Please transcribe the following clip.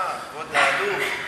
יום השואה, כבוד האלוף.